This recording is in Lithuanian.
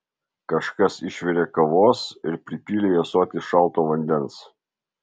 kažkas išvirė kavos ir pripylė į ąsotį šalto vandens